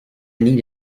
need